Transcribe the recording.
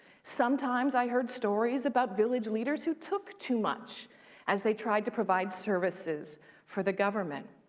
sometimes i heard stories about village leaders who took too much as they tried to provide services for the government,